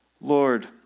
Lord